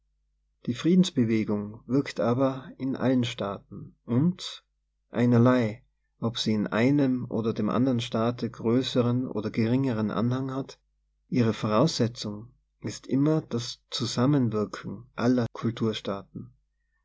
die friedensbewegung wirkt aber in allen staaten und einerlei ob sie in einem oder dem andern staate größeren oder geringeren anhang hat ihre voraus setzung ist immer das zusammenwirken aller